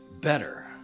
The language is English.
better